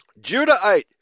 Judahite